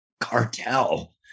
cartel